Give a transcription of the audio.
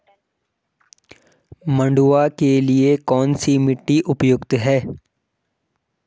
मंडुवा के लिए कौन सी मिट्टी उपयुक्त है?